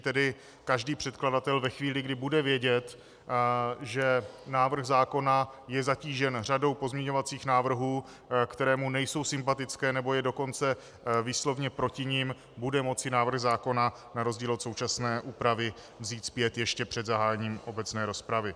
Tedy každý předkladatel ve chvíli, kdy bude vědět, že návrh zákona je zatížen řadou pozměňovacích návrhů, které mu nejsou sympatické, nebo je dokonce výslovně proti nim, bude moci návrh zákona na rozdíl od současné úpravy vzít zpět ještě před zahájením obecné rozpravy.